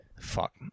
fuck